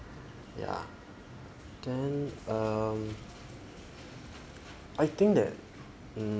ya then um I think that mm